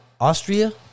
Austria